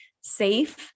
safe